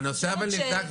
ואני חושבת,